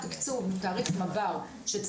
התעריף הזה הגיע לרמה שהחזר